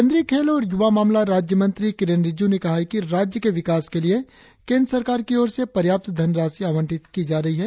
केंद्रीय खेल और युवा मामला राज्य मंत्री किरेन रिजिज् ने कहा है कि राज्य के विकास के लिए केंद्र सरकार की ओर से पर्याप्त धनराशि आवंटित की जा रही है